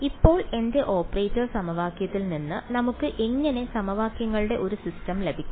ഇപ്പോൾ എന്റെ ഓപ്പറേറ്റർ സമവാക്യത്തിൽ നിന്ന് നമുക്ക് എങ്ങനെ സമവാക്യങ്ങളുടെ ഒരു സിസ്റ്റം ലഭിക്കും